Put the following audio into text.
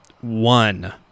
one